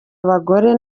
abagore